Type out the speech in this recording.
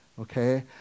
Okay